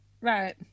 Right